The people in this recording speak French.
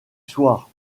soir